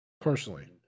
personally